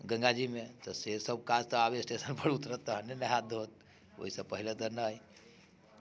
गङ्गा जीमे तऽ से सभ काज तऽ आब स्टेशन पर उतरत तखने नहायत धोआयत ओहि से पहिले तऽ नहि